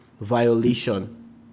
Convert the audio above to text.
violation